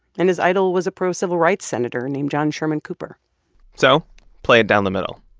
and his idol was a pro-civil rights senator named john sherman cooper so play it down the middle.